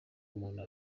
umuntu